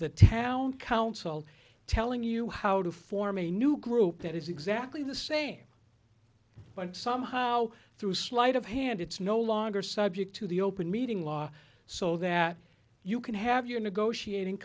the town council telling you how to form a new group that is exactly the same but somehow through sleight of hand it's no longer subject to the open meeting law so that you can have your negotiating